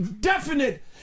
definite